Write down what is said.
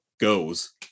goes